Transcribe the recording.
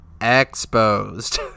exposed